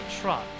truck